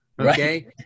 okay